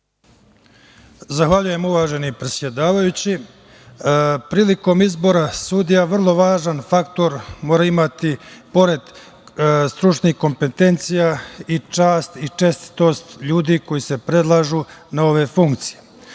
Zahvaljujem uvaženi predsedavajući. Prilikom izbora sudija, vrlo važan faktor mora imati i pored stručnih kompetencija, i čast i čestitost ljudi koji se predlažu na ove funkcije. Imali